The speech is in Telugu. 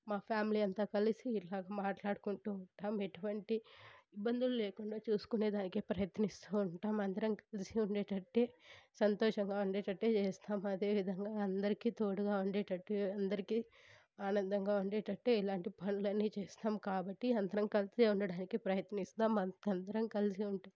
మా ఫ్యామిలీ అంతా కలిసి ఇలాగా మాట్లాడుకుంటు ఉంటాం ఎటువంటి ఇబ్బందులు లేకుండా చూసుకునే దానికి ప్రయత్నిస్తు ఉంటాం అందరం కలిసి ఉండేటట్టు సంతోషంగా ఉండేటట్టు చేస్తాం అదేవిధంగా అందరికీ తోడుగా ఉండేటట్టు అందరికీ ఆనందంగా ఉండేటట్టు ఇలాంటి పనులన్నీ చేస్తాం కాబట్టి అందరం కలిసి ఉండడానికి ప్రయత్నిస్తాం అందరం కలసి ఉంటాం